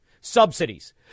Subsidies